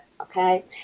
Okay